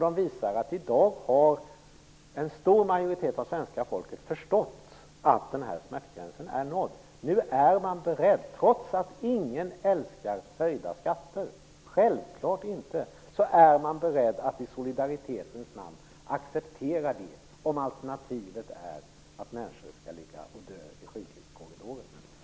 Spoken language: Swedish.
De visar att en stor majoritet av svenska folket i dag har förstått att smärtgränsen nu är nådd. Trots att ingen älskar höjda skatter - självfallet inte - är man beredd att i solidaritetens namn acceptera detta, om alternativet är att människor skall ligga och dö i sjukhuskorridorer.